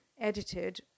edited